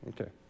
Okay